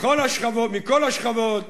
מכל השכבות.